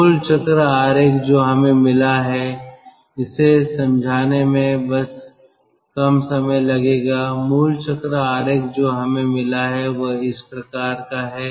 मूल चक्र आरेख जो हमें मिला है इसे समझाने में बस कम समय लगेगा मूल चक्र आरेख जो हमें मिला है वह इस प्रकार है